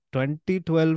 2012